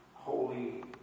holy